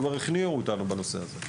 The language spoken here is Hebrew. כבר הכניעו אותנו בנושא הזה.